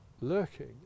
lurking